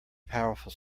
powerful